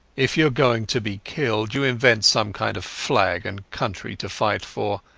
if youare going to be killed you invent some kind of flag and country to fight for,